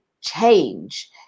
change